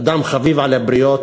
אדם חביב על הבריות,